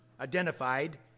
identified